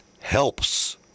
helps